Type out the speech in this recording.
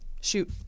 Shoot